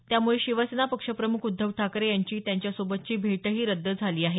त्यामुळे शिवसेना पक्ष प्रमुख उद्धव ठाकरे यांची त्यांच्यासोबतची भेटही रद्द झाली आहे